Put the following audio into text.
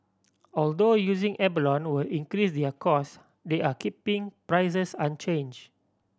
although using abalone will increase their cost they are keeping prices unchanged